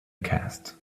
cast